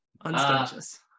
Unconscious